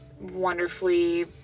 wonderfully